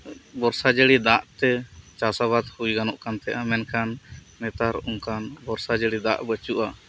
ᱵᱚᱨᱥᱟ ᱡᱟᱹᱲᱤ ᱫᱟᱜ ᱛᱮ ᱪᱟᱥ ᱟᱵᱟᱫ ᱦᱩᱭ ᱜᱟᱱᱚᱜ ᱠᱟᱱ ᱛᱟᱦᱮᱱᱟ ᱢᱮᱱᱠᱷᱟᱱ ᱱᱮᱛᱟᱨ ᱚᱱᱠᱟᱱ ᱵᱚᱨᱥᱟ ᱡᱟᱹᱲᱤ ᱫᱟᱜ ᱵᱟᱹᱪᱩᱜᱼᱟ